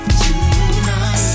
tonight